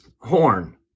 horn